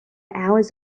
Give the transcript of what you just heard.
hours